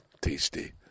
tasty